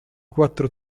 quattro